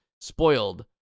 spoiled